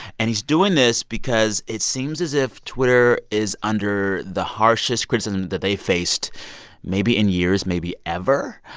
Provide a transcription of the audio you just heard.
and he's doing this because it seems as if twitter is under the harshest criticism that they faced maybe in years, maybe ever.